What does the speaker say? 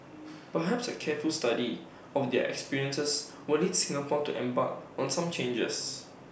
perhaps A careful study of their experiences will lead Singapore to embark on some changes